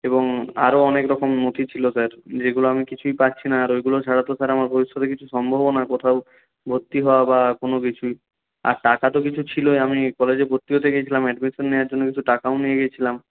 এবং আরও অনেক রকম নথি ছিলো স্যার যেগুলো আমি কিছুই পাচ্ছি না আর ওইগুলো ছাড়া তো স্যার আমার ভবিষ্যতে কিছু সম্ভবও না কোথাও ভর্তি হওয়া বা কোনো কিছুই আর টাকা তো কিছু ছিলোই আমি কলেজে ভর্তি হতে গিয়েছিলাম অ্যাডমিশন নেওয়ার জন্য কিছু টাকাও নিয়ে গিয়েছিলাম